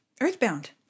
earthbound